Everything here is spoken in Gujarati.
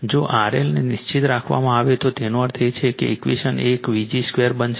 જો RL ને નિશ્ચિત રાખવામાં આવે તો તેનો અર્થ એ છે કે ઈક્વેશન એક Vg 2 બનશે